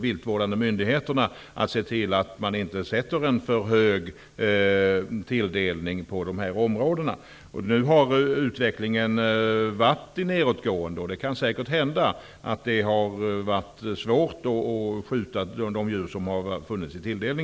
viltvårdande myndigheterna att se till att inte sätta en för hög tilldelning vad gäller dessa områden. Nu har ju utvecklingen varit nedåtgående, vilket kan ha inneburit svårigheter när det gäller att skjuta det antal djur som tilldelats.